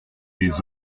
des